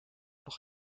nog